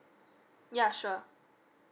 yeah sure